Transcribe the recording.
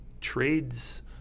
trades